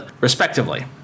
respectively